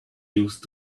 used